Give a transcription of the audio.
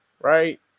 Right